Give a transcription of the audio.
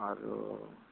আৰু